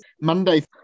Monday